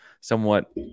somewhat